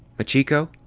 machiko?